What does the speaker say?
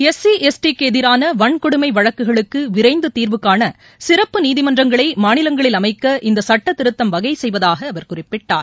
ST க்குஎதிரானவன்கொடுமைவழக்குகளுக்குவிரைந்துதீர்வு SC காணசிறப்பு நீதிமன்றங்களைமாநிலங்களில் அமைக்க இந்தசுட்டத்திருத்தம் வகைசெய்வதாகஅவர் குறிப்பிட்டார்